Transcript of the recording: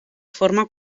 forma